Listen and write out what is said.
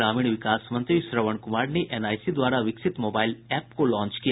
ग्रामीण विकास मंत्री श्रवण कुमार ने एनआईसी द्वारा विकसित मोबाईल एप को लान्च किया